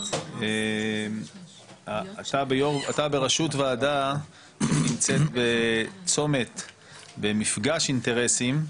אתה בראשות ועדה שנמצאת בצומת במפגש אינטרסים,